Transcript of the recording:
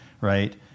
right